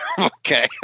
Okay